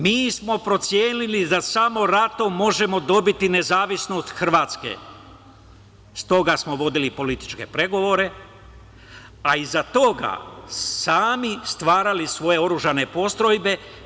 Mi smo procenili da samo ratom možemo dobiti nezavisnost Hrvatske i s toga smo vodili političke pregovore, a iza toga sami stvarali svoje oružane postrojbe.